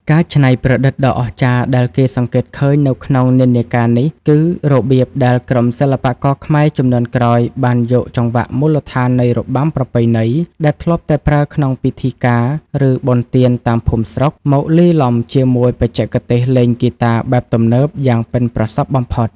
ការច្នៃប្រឌិតដ៏អស្ចារ្យដែលគេសង្កេតឃើញនៅក្នុងនិន្នាការនេះ គឺរបៀបដែលក្រុមសិល្បករខ្មែរជំនាន់ក្រោយបានយកចង្វាក់មូលដ្ឋាននៃរបាំប្រពៃណីដែលធ្លាប់តែប្រើក្នុងពិធីការ ឬបុណ្យទានតាមភូមិស្រុក មកលាយឡំជាមួយបច្ចេកទេសលេងហ្គីតាបែបទំនើបយ៉ាងប៉ិនប្រសប់បំផុត។